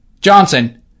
Johnson